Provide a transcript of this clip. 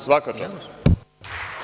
Svaka čast.